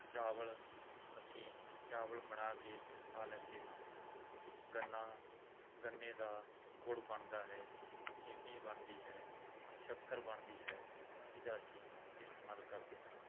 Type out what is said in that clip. ਚਾਵਲ ਅਸੀਂ ਚਾਵਲ ਬਣਾ ਕੇ ਖਾ ਲੈਂਦੇ ਹਾਂ ਗੰਨਾ ਗੰਨੇ ਦਾ ਗੁੜ ਬਣਦਾ ਹੈ ਚੀਨੀ ਬਣਦੀ ਹੈ ਸ਼ੱਕਰ ਬਣਦੀ ਹੈ ਇਹਦਾ ਅਸੀਂ ਇਸਤੇਮਾਲ ਕਰਦੇ ਹਾਂ